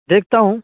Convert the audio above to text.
دیکھتا ہوں